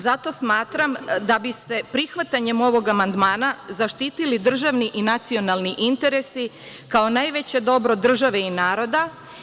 Zato smatram da bi se prihvatanjem ovog amandmana zaštitili državni i nacionalni interesi kao najveće dobro države i naroda.